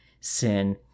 sin